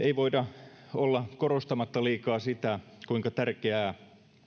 ei voida olla korostamatta liikaa sitä kuinka tärkeää